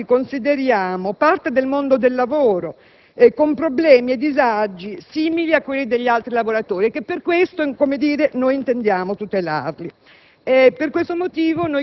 ma che debbano sapere che noi li consideriamo parte del mondo del lavoro, con problemi e disagi simili a quelli degli altri lavoratori e che per questo intendiamo tutelarli.